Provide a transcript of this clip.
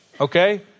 okay